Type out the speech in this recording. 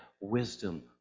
Wisdom